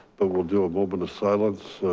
but we'll do a moment of silence,